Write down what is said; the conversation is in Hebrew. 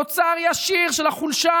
תוצר ישיר של החולשה